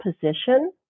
position